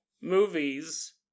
movies